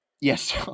Yes